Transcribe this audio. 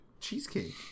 cheesecake